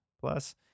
plus